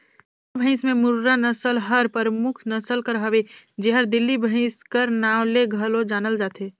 भंइसा भंइस में मुर्रा नसल हर परमुख नसल कर हवे जेहर दिल्ली भंइस कर नांव ले घलो जानल जाथे